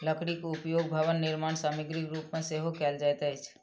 लकड़ीक उपयोग भवन निर्माण सामग्रीक रूप मे सेहो कयल जाइत अछि